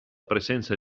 presenza